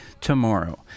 tomorrow